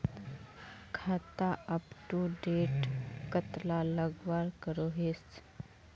खाता अपटूडेट कतला लगवार करोहीस?